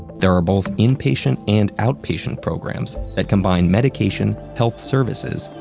there are both inpatient and outpatient programs that combine medication, health services,